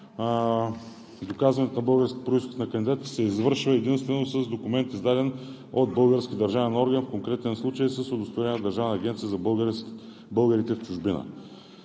доказването на българския произход на кандидатите се извършва единствено с документ, издаден от български държавен орган, в конкретния случай с удостоверение, издадено от Държавната агенция за българите в чужбина.